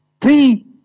three